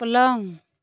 पलंग